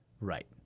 Right